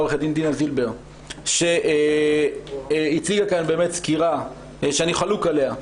עורכת דין דינה זילבר שהציגה כאן באמת סקירה שאני חולק עליה,